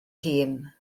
hun